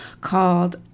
called